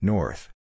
North